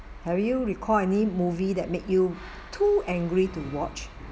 have you recall any movie that made you too angry to watch